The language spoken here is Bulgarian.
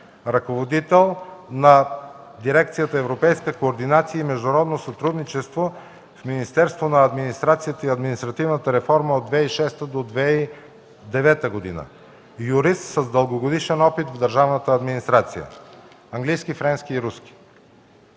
ръководител е на дирекцията „Европейска координация и международно сътрудничество” в Министерството на администрацията и административната реформа от 2006 до 2009 г.; юрист с дългогодишен опит в държавната администрация. Владее английски, френски и турски.